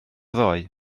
ddoe